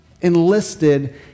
enlisted